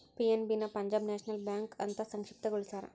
PNB ನ Punjab National Bank ಅಂತ ಸಂಕ್ಷಿಪ್ತ ಗೊಳಸ್ಯಾರ